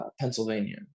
Pennsylvania